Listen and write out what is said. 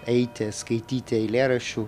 eiti skaityti eilėraščių